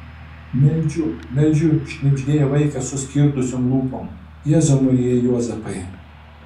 meldžiu meldžiu šnibždėjo vaikas suskirdusiom lūpom jėzau marija juozapai